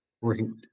working